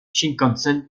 shinkansen